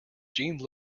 jeanne